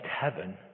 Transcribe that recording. heaven